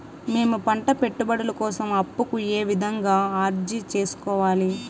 మేము పంట పెట్టుబడుల కోసం అప్పు కు ఏ విధంగా అర్జీ సేసుకోవాలి?